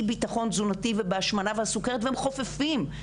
ביטחון תזונתי ובהשמנה והסוכרת והם חופפים.